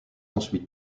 ensuite